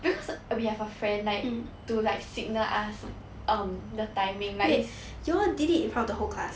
because we have a friend like to like signal us um the timing like is